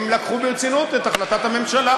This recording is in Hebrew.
הם לקחו ברצינות את החלטת הממשלה,